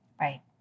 Right